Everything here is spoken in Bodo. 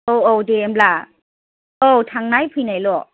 औ औ दे होमब्ला औ थांनाय फैनायल'